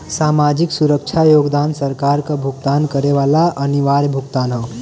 सामाजिक सुरक्षा योगदान सरकार क भुगतान करे वाला अनिवार्य भुगतान हौ